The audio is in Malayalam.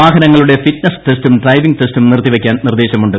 വാഹനങ്ങളുടെ ഫിറ്റ്നസ് ടെസ്റ്റും ഡ്രൈവിംഗ് ടെസ്റ്റും നിർത്തിവയ്ക്കാൻ നിർദ്ദേശമുണ്ട്